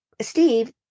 Steve